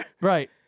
Right